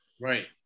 Right